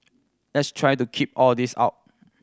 let's try the keep all this out